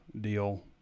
deal